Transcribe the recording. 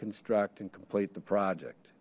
construct and complete the project